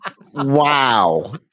wow